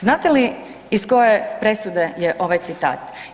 Znate li iz koje presude je ovaj citat?